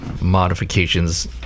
modifications